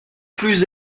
plus